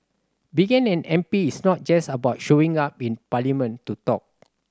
being an M P is not just about showing up in parliament to talk